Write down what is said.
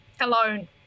alone